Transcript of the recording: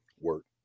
work